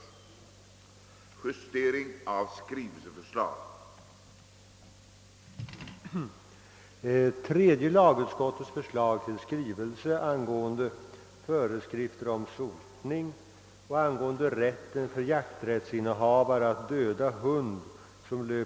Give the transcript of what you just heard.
Undertecknad får härmed anhålla om tjänstledighet från riksdagsarbetet under återstoden av höstriksdagen på grund av deltagande som svenskt ombud i Förenta Nationernas generalförsamling.